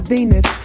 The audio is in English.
Venus